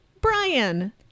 Brian